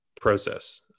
process